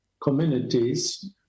communities